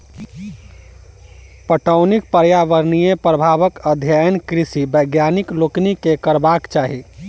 पटौनीक पर्यावरणीय प्रभावक अध्ययन कृषि वैज्ञानिक लोकनि के करबाक चाही